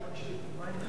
שאני מקשיב.